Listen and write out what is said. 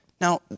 Now